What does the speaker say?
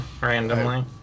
randomly